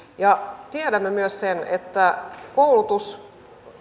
ja tiedämme myös sen että koulutus